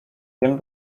wiem